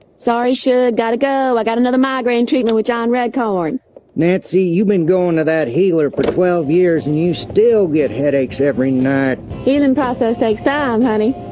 sorry sug got to go. i got another migraine treatment with john redcorn nancy you've been going to that healer for twelve years and you still get headaches every night healing process takes time, honey